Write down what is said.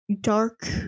dark